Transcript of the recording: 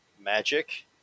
magic